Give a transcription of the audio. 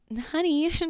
honey